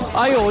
i